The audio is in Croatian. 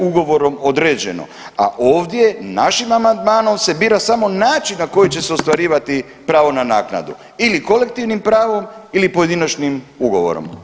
ugovorom određeno, a ovdje našim amandmanom se bira samo način na koji će se ostvarivati pravo na naknadu ili kolektivnim pravom ili pojedinačnim ugovorom.